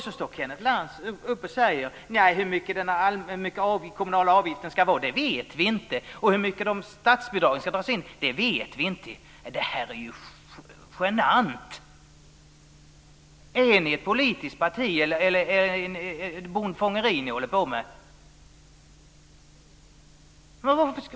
Så står Kenneth Lantz upp och säger att man inte vet hur stor den kommunala avgiften ska vara och hur mycket av statsbidragen som ska dras in. Det är ju genant. Är ni ett politiskt parti? Eller är det bondfångeri ni håller på med?